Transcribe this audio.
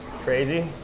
crazy